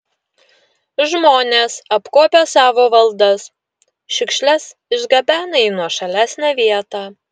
žmonės apkuopę savo valdas šiukšles išgabena į nuošalesnę vietą